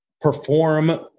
perform